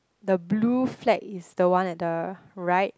the blue flag is the one at the right